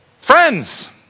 friends